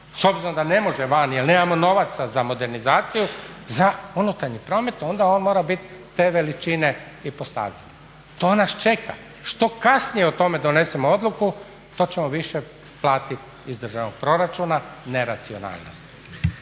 S obzirom da ne može van jer nemamo novaca za modernizaciju za unutarnji promet onda on mora bit te veličine i …. To nas čeka. Što kasnije o tome donesemo odluku to ćemo više platit iz državnog proračuna neracionalnost.